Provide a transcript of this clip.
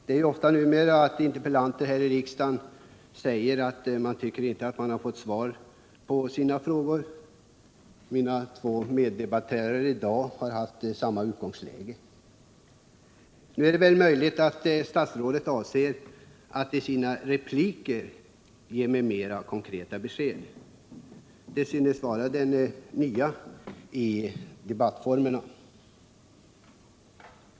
Det händer ofta numera i riksdagen att interpellanter inte anser sig ha fått svar på sina frågor. Mina två meddebattörer i dag har haft det utgångsläget. Det är möjligt att statsrådet avser att i sina repliker lämna mera konkreta besked. Det synes vara den nya debattordningen.